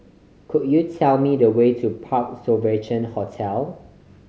could you tell me the way to Parc Sovereign Hotel